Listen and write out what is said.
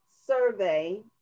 survey